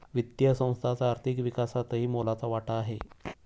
वित्तीय संस्थांचा आर्थिक विकासातही मोलाचा वाटा आहे